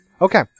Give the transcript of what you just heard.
Okay